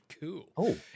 Cool